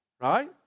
right